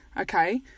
okay